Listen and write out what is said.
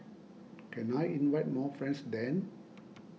can I invite more friends then